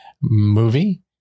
movie